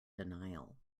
denial